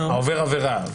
העובר עבירה,